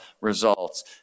results